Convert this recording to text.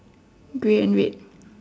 grey and red